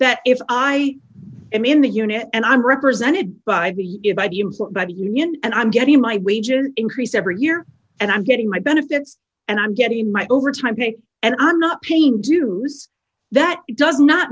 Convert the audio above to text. that if i am in that unit and i'm represented by the by the employed by the union and i'm getting my wages increase every year and i'm getting my benefits and i'm getting my overtime pay and i'm not paying dues that does not